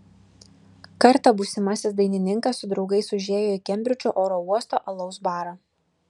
kartą būsimasis dainininkas su draugais užėjo į kembridžo oro uosto alaus barą